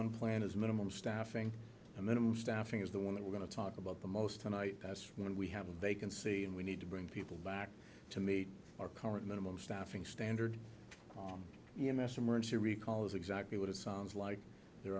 unplanned is minimal staffing a minimum staffing is the one that we're going to talk about the most tonight that's when we have a vacancy and we need to bring people back to meet our current minimum staffing standard us emergency recall is exactly what it sounds like there